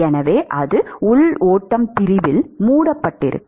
எனவே அது உள் ஓட்டம் பிரிவில் மூடப்பட்டிருக்கும்